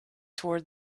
toward